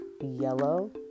yellow